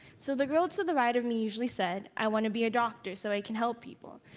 so the girl to the right of me usually said, i want to be a doctor so i can help people.